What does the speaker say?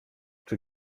czy